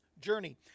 Journey